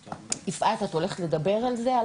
יפעת את הולכת לדבר על זה?